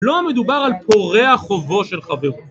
לא מדובר על פורע חובו של חברו.